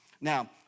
Now